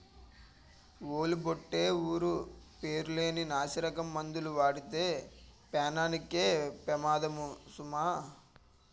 ఓలి బొట్టే ఊరు పేరు లేని నాసిరకం మందులు వాడితే పేనానికే పెమాదము సుమా